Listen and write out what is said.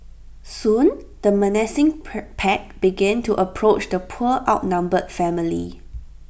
soon the menacing per pack began to approach the poor outnumbered family